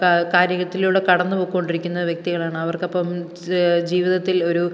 കാര്യത്തിലൂടെ കടന്ന് പോയിക്കൊണ്ടിരിക്കുന്ന വ്യക്തികളാണ് അവർക്കപ്പം ജീവിതത്തിൽ ഒരു